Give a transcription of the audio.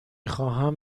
خواهم